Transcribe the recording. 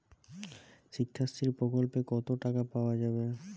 শিক্ষাশ্রী প্রকল্পে কতো টাকা পাওয়া যাবে?